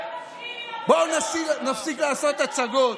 אתה לא משלים עם הבחירות.